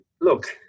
look